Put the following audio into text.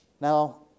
Now